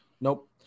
nope